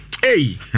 Hey